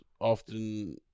often